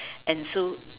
and so